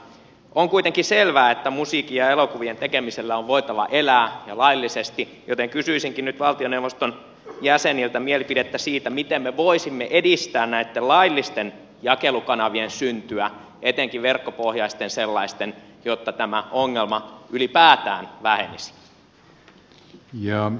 on kuitenkin selvää että musiikin ja elokuvien tekemisellä on voitava elää ja laillisesti joten kysyisinkin nyt valtioneuvoston jäseniltä mielipidettä siitä miten me voisimme edistää näitten laillisten jakelukanavien syntyä etenkin verkkopohjaisten sellaisten jotta tämä ongelma ylipäätään vähenisi